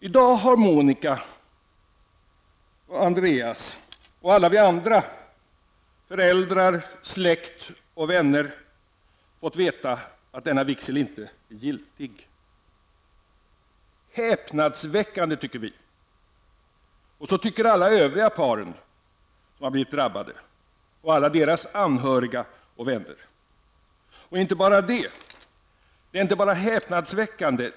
I dag har Monika och Andreas samt alla vi andra -- föräldrar, släkt och vänner -- fått veta att denna vigsel inte är giltig. Häpnadsväckande, tycker vi. Så tycker även alla de övriga par som har blivit drabbade, liksom alla deras anhöriga och vänner. Det är inte bara häpnadsväckande.